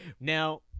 now